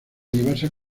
diversas